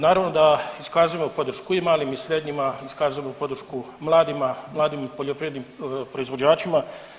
Naravno da iskazujemo podršku i malima i srednjima, iskazujemo podršku mladim poljoprivrednim proizvođačima.